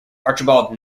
archibald